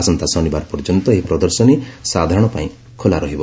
ଆସନ୍ତା ଶନିବାର ପର୍ଯ୍ୟନ୍ତ ଏହି ପ୍ରଦର୍ଶନୀ ସାଧାରଣଙ୍କ ପାଇଁ ଖୋଲା ରହିବ